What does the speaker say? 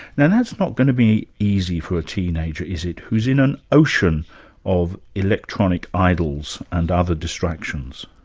now that's not going to be easy for a teenager is it, who's in an ocean of electronic idols and other distractions.